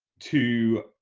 to